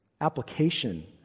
application